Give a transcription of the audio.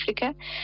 Africa